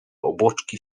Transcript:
obłoczki